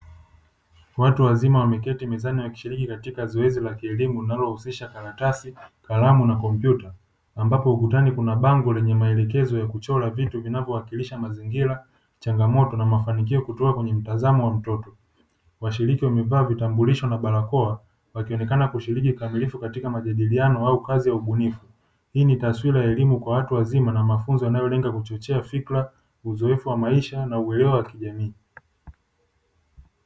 Watu wazima wameketi mezani wakishiriki katika zoezi la kielimu linalohusisha karatasi, kalamu na kompyuta ambapo ukutani kuna bango lenye maelekezo ya kuchora vitu vinavyowakilisha mazingira, changamoto na mafanikio kutoka kwenye mtazamo wa mtoto. Washiriki wamevaa vitambulisho na barakoa wakionekana kushiriki kikamilifu katika majadiliano au kazi ya ubunifu. Hii ni taswira ya elimu kwa watu wazima na mafunzo yanayolenga kuchochea fikra, uzoefu wa maisha na uelewa wa kijamii.